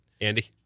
Andy